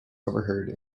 overheard